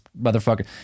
motherfucker